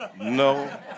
no